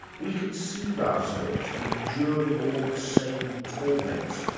we conceive ourselves enduring all the same torments,